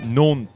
non